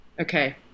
Okay